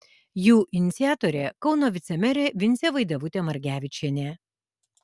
jų iniciatorė kauno vicemerė vincė vaidevutė margevičienė